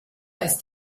ist